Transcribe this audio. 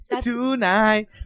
tonight